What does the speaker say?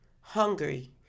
hungry